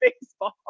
baseball